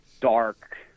dark